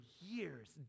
years